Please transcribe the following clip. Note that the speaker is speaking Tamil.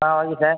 ah okay sir